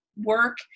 work